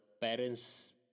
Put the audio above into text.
parents